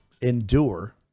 endure